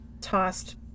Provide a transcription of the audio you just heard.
tossed